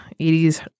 80s